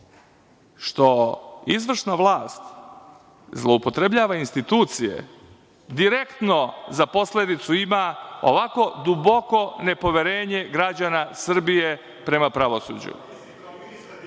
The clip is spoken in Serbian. što izvršna vlast zloupotrebljava institucije direktno za posledicu ima ovako duboko nepoverenje građana Srbije prema pravosuđu.